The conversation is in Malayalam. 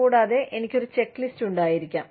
കൂടാതെ എനിക്ക് ഒരു ചെക്ക്ലിസ്റ്റ് ഉണ്ടായിരിക്കാം